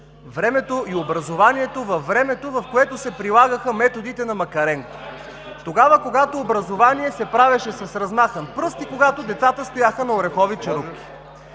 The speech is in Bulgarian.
върнем образованието във времето, когато се прилагаха методите на Макаренко, когато образование се правеше с размахан пръст и когато децата стояха на орехови черупки.